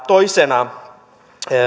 toisena